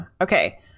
Okay